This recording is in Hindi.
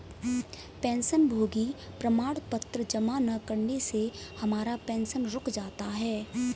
पेंशनभोगी प्रमाण पत्र जमा न करने से हमारा पेंशन रुक जाता है